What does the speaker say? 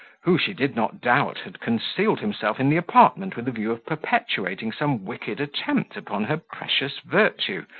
who, she did not doubt, had concealed himself in the apartment with a view of perpetuating some wicked attempt upon her precious virtue,